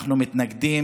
אנחנו מתנגדים.